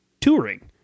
touring